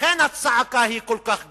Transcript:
לכן הצעקה כל כך גדולה,